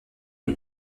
une